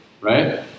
Right